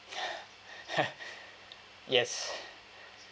yes